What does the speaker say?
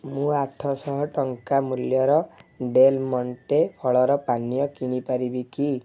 ମୁଁ ଆଠଶହ ଟଙ୍କା ମୂଲ୍ୟର ଡେଲ୍ମଣ୍ଟେ ଫଳର ପାନୀୟ କିଣି ପାରିବି କି